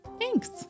Thanks